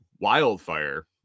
wildfire